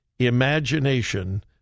imagination